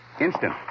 Instant